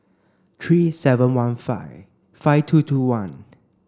three seven one five five two two one